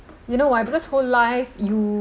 you know why because whole life you